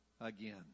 again